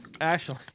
Ashley